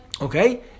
Okay